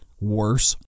worse